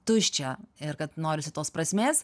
tuščia ir kad norisi tos prasmės